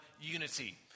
unity